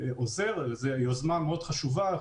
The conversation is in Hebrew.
עוזר, הוא יוזמה מאוד חשובה.